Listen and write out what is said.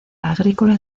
agrícola